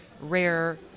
rare